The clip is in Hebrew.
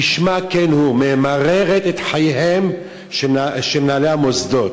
כשמה כן היא, ממררת את חייהם של מנהלי המוסדות.